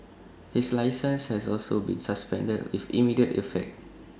his licence has also been suspended with immediate effect